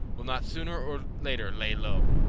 will not sooner or later lay low.